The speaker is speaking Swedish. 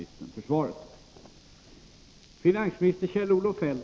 Jag tackar honom än en gång för svaret.